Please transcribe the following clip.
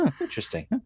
interesting